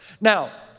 Now